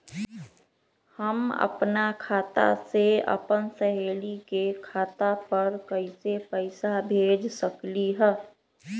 हम अपना खाता से अपन सहेली के खाता पर कइसे पैसा भेज सकली ह?